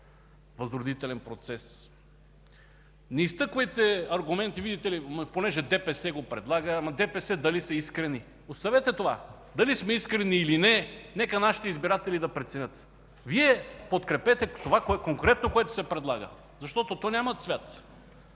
възродителен процес! Не изтъквайте аргументи: видите ли, понеже ДПС го предлага, ДПС дали са искрени – оставете това! Дали сме искрени, или не – нека нашите избиратели да преценят. Вие подкрепете това, което конкретно се предлага, защото то няма цвят,